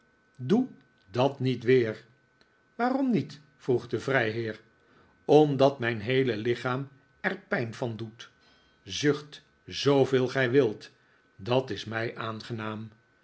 doe dat niet weer waarom niet vroeg de vrijheer omdat mijn heele lichaam er pijn van doet zucht zooveel gij wilt dat is mij aangenaam